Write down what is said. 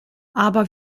aber